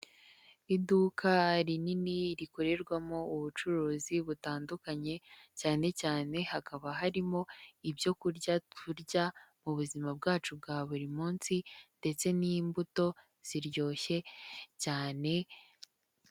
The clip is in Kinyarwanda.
Iduka rinini rikorerwamo ubucuruzi butandukanye cyane cyane hakaba harimo ibyo kurya turya mu buzima bwacu bwa buri munsi ndetse n'imbuto ziryoshye cyane.